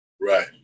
Right